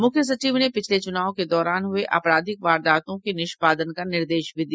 मुख्य सचिव ने पिछले चूनाव के दौरान हये आपराधिक वारदातों के निष्पादन का निर्देश भी दिया